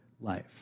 life